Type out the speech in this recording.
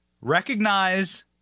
recognize